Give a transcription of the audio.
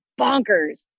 bonkers